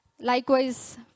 Likewise